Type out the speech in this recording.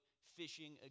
fishing